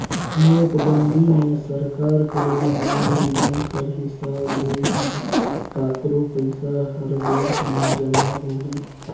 नोटबंदी मे सरकार कर बनाय नियम कर हिसाब ले ही काकरो पइसा हर बेंक में जमा होही